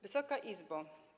Wysoka Izbo!